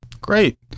Great